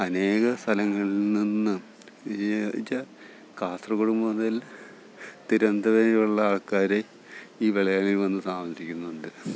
അനേകം സ്ഥലങ്ങളിൽ നിന്ന് വെച്ചാൽ കാസർഗോഡ് മുതൽ തിരുവനന്തപുരം വരെയുള്ള ആൾക്കാർ ഈ വെള്ളായണി വന്ന് താമസിക്കുന്നുണ്ട്